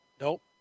Nope